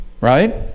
Right